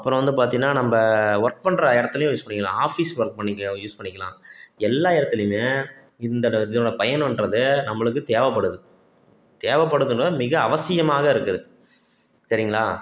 அப்புறம் வந்து பார்த்திங்கன்னா நம்ம ஒர்க் பண்ணுற இடத்துலையும் யூஸ் பண்ணிக்கலாம் ஆஃபீஸ் ஒர்க் பண்ணிக்க யூஸ் பண்ணிக்கலாம் எல்லா இடத்துலையுமே இந்த இதனோடய பயனுன்றது நம்மளுக்கு தேவைப்படுது தேவைப்படுதுனு மிக அவசியமாக இருக்குது சரிங்களா